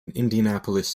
indianapolis